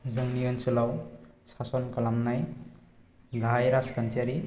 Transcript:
जोंनि ओनसोलआव सासन खालामनाय गाहाय राजखान्थियारि